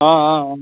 ஆ ஆ ஆ